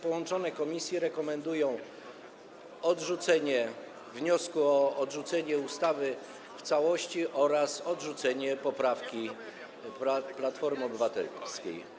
Połączone komisje rekomendują odrzucenie wniosku o odrzucenie ustawy w całości oraz odrzucenie poprawki Platformy Obywatelskiej.